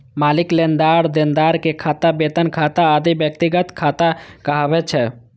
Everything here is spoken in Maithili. मालिक, लेनदार, देनदार के खाता, वेतन खाता आदि व्यक्तिगत खाता कहाबै छै